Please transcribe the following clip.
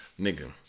Nigga